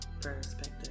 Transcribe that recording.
perspective